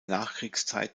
nachkriegszeit